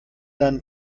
deinen